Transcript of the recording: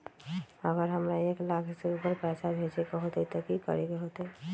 अगर हमरा एक लाख से ऊपर पैसा भेजे के होतई त की करेके होतय?